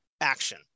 action